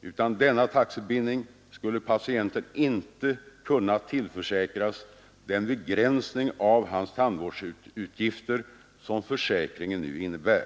Utan denna taxebindning skulle patienten inte ha kunnat tillförsäkras den begränsning av sina tandvårdsutgifter som försäkringen nu innebär.